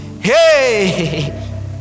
hey